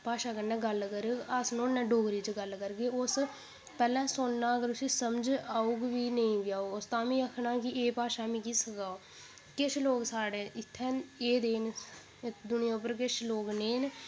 भाशा कन्नै गल्ल करग अस नुहाड़े ने डोगरी च गल्ल करगे उस पैह्लें सुनना अगर उसी समझ च औग नेईं बी औग उस तां बी आखना कि एह् भाशा मिगी सिखाओ किश लोग साढ़े इत्थै एह् दे न दुनिया उप्पर किश लोक नेह् न